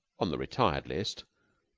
on the retired list,